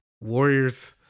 Warriors